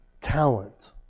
talent